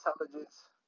intelligence